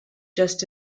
just